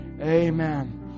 Amen